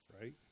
right